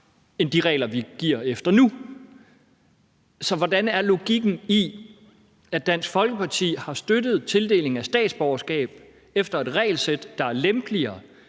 end de regler, vi giver det efter nu. Så hvad er logikken i, at Dansk Folkeparti har støttet tildelingen af statsborgerskab efter et regelsæt, der er lempeligere